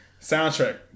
Soundtrack